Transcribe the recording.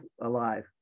alive